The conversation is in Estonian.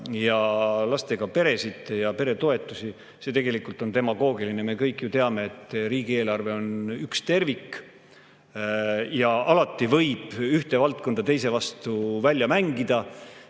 ja lastega peresid ja peretoetusi. See tegelikult on demagoogiline. Me kõik ju teame, et riigieelarve on üks tervik. Ja alati võib ühte valdkonda teise vastu välja mängida.